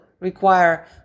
require